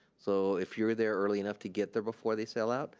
so if you're there early enough to get there before they sell out,